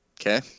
Okay